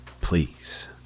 Please